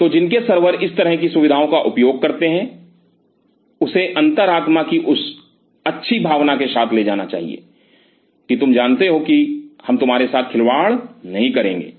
तो जिनके सर्वर इस तरह की सुविधाओं का उपयोग करते हैं उसे अंतरात्मा की उस अच्छी भावना के साथ ले जाना चाहिए कि तुम जानते हो कि हम तुम्हारे साथ खिलवाड़ नहीं करेंगे